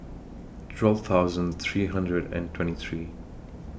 twelve thousand three hundred and twenty three